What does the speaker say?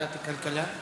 ועדת הכלכלה.